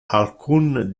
alcun